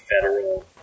Federal